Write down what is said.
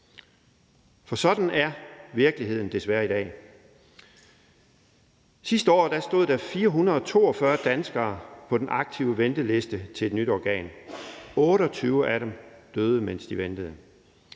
For sådan er virkeligheden desværre i dag. Sidste år stod 442 danskere på den aktive venteliste til et nyt organ. 28 af dem døde, mens de ventede.